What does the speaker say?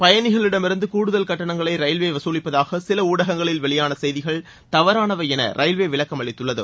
பயணிகளிடமிருந்து கூடுதல் கட்டணங்களை ரயில்வே வதலிப்பதாக சில ஊடகங்களில் வெளியான செய்திகள் தவறானவை என ரயில்வே விளக்கம் அளித்துள்ளது